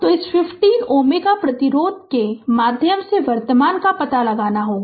तो इस 50 Ω प्रतिरोध के माध्यम से वर्तमान का पता लगाना होगा